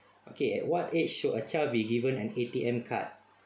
okay at what age should a child be given an A_T_M card